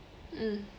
mm